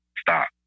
stop